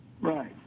Right